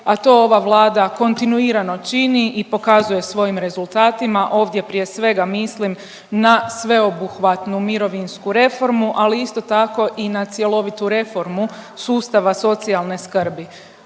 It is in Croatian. a to ova Vlada kontinuirano čini i pokazuje svojim rezultatima ovdje prije svega mislim na sveobuhvatnu mirovinsku reformu, ali isto tako i na cjelovitu reformu sustava socijalne skrbi.